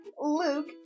Luke